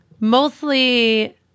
Mostly